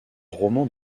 romans